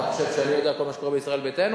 אתה חושב שאני יודע כל מה שקורה בישראל ביתנו?